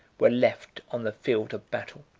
were left on the field of battle.